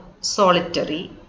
solitary